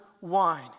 wine